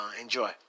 enjoy